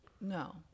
No